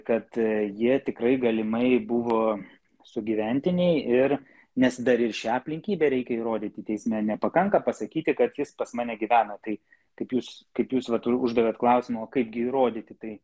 kad jie tikrai galimai buvo sugyventiniai ir nes dar ir šią aplinkybę reikia įrodyti teisme nepakanka pasakyti kad jis pas mane gyveno tai kaip jūs kaip jūs vat uždavėt klausimą o kaipgi įrodyti tai